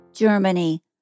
Germany